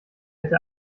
hätte